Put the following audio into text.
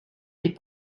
les